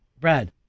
Brad